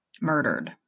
murdered